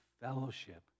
fellowship